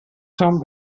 són